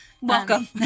Welcome